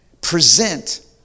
present